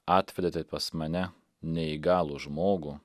atvedėt pas mane neįgalų žmogų